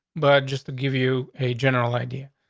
but just to give you a general idea,